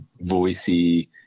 voicey